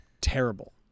terrible